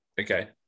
okay